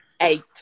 Eight